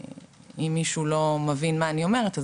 אם מישהו לא מבין מה אני אומרת אז